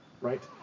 right